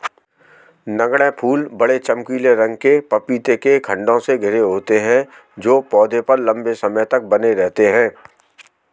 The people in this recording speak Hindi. नगण्य फूल बड़े, चमकीले रंग के पपीते के खण्डों से घिरे होते हैं जो पौधे पर लंबे समय तक बने रहते हैं